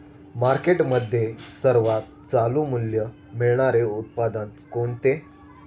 मार्केटमध्ये सर्वात चालू मूल्य मिळणारे उत्पादन कोणते?